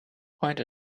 pointed